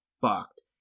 fucked